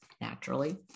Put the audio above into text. naturally